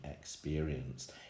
experience